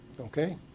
okay